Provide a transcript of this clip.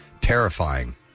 terrifying